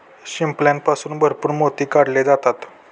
शिंपल्यापासून भरपूर मोती काढले जातात